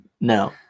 No